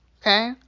Okay